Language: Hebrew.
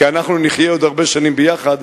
כי אנחנו נחיה עוד הרבה שנים ביחד,